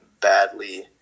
badly